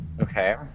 Okay